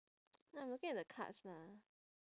no I'm looking at the cards lah